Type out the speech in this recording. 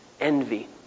envy